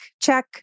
check